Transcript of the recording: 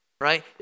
right